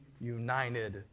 united